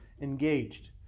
engaged